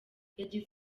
yagize